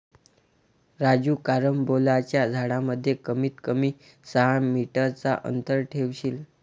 राजू कारंबोलाच्या झाडांमध्ये कमीत कमी सहा मीटर चा अंतर ठेवशील